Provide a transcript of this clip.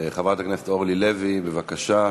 חברת הכנסת אורלי לוי, בבקשה.